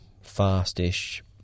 fast-ish